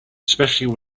especially